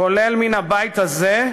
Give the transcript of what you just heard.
כולל מן הבית הזה,